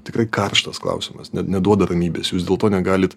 tikrai karštas klausimas neduoda ramybės jūs dėl to negalit